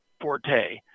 forte